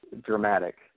dramatic